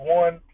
one